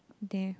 there